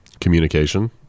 communication